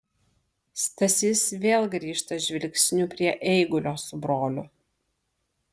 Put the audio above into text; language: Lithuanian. stasys vėl grįžta žvilgsniu prie eigulio su broliu